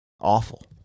awful